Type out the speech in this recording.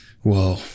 Whoa